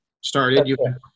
started